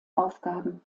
aufgaben